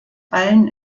allen